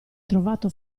trovato